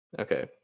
Okay